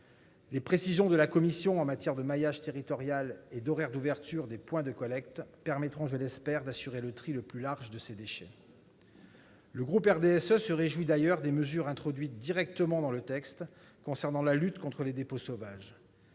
Les précisions de la commission en matière de maillage territorial et d'horaires d'ouverture des points de collecte permettront, je l'espère, d'assurer le tri le plus large de ces déchets. Le groupe du RDSE se réjouit d'ailleurs des mesures introduites directement dans le texte concernant la lutte contre les dépôts sauvages.